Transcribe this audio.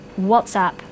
WhatsApp